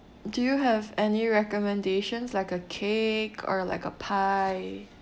do you have any recommendations like a cake or like a pie